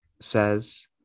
says